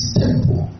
temple